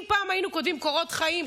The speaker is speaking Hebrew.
אם פעם היינו כותבים קורות חיים,